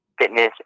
fitness